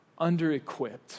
underequipped